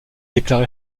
déclaré